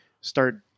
start